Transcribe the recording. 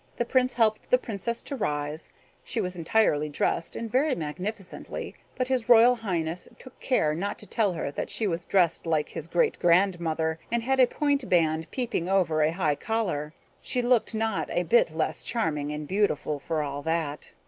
the prince helped the princess to rise she was entirely dressed, and very magnificently, but his royal highness took care not to tell her that she was dressed like his great-grandmother, and had a point band peeping over a high collar she looked not a bit less charming and beautiful for all that.